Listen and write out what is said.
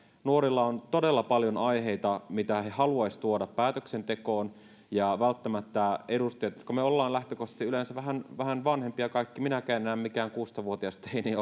nuorilla on todella paljon aiheita mitä he haluaisivat tuoda päätöksentekoon ja me edustajat olemme lähtökohtaisesti yleensä vähän vähän vanhempia kaikki minäkään en enää mikään kuusitoista vuotias teini